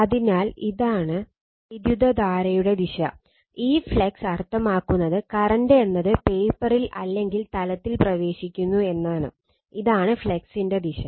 അതിനാൽ ഇതാണ് വൈദ്യുതധാരയുടെ ദിശ ഈ ഫ്ലക്സ് അർത്ഥമാക്കുന്നത് കറന്റ് എന്നത് പേപ്പറിൽ അല്ലെങ്കിൽ തലത്തിൽ പ്രവേശിക്കുന്നു എന്നാണ് ഇതാണ് ഫ്ലക്സിന്റെ ദിശ